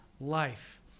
life